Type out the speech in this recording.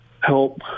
help